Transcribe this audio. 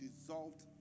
dissolved